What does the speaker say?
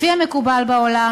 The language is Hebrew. לפי המקובל בעולם,